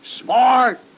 Smart